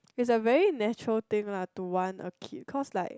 is a very natural thing lah to want a kid cause like